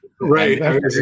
Right